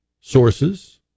sources